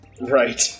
Right